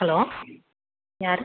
hello யார்